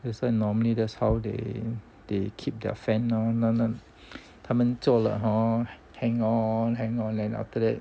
that's whynormally that's how they they keep their fan lor 他们做了 hor hang on hang on then after that